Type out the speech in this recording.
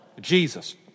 Jesus